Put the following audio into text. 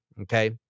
Okay